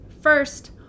First